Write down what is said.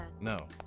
No